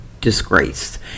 disgraced